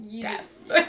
death